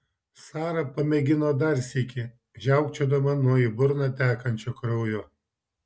sara pamėgino dar sykį žiaukčiodama nuo į burną tekančio kraujo